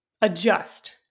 Adjust